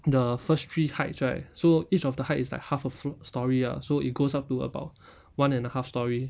the first three heights right so each of the height is like half of flo~ story ah so it goes up to about one and a half story